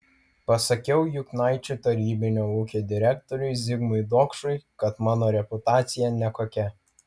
pasakiau juknaičių tarybinio ūkio direktoriui zigmui dokšui kad mano reputacija nekokia